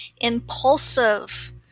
impulsive